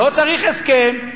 לא צריך הסכם,